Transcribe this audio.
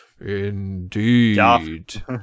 indeed